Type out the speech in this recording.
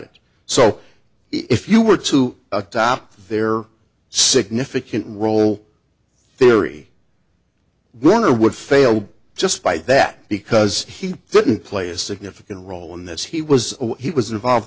it so if you were to adopt their significant role theory werner would fail just by that because he didn't play a significant role in this he was he was involved